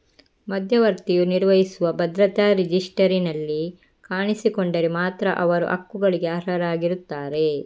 ಮಧ್ಯವರ್ತಿಯು ನಿರ್ವಹಿಸುವ ಭದ್ರತಾ ರಿಜಿಸ್ಟರಿನಲ್ಲಿ ಕಾಣಿಸಿಕೊಂಡರೆ ಮಾತ್ರ ಅವರು ಹಕ್ಕುಗಳಿಗೆ ಅರ್ಹರಾಗಿರುತ್ತಾರೆ